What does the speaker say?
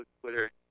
Twitter